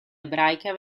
ebraica